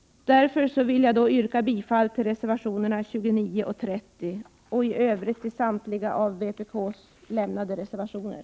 Slutligen vill jag yrka bifall till reservationerna 29 och 30 och i övrigt till samtliga av vpk lämnade reservationer.